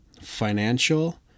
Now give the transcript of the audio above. financial